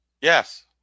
Yes